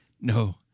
No